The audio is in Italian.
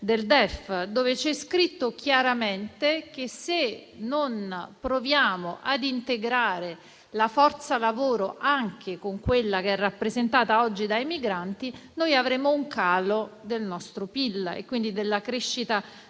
dove c'è scritto chiaramente che, se non proviamo ad integrare la forza lavoro anche con quella che è rappresentata oggi dai migranti, noi avremo un calo del nostro PIL e quindi della crescita della